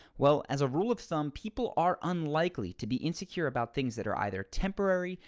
well, as a rule of thumb, people are unlikely to be insecure about things that are either temporary,